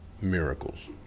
miracles